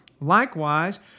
Likewise